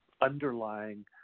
underlying